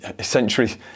centuries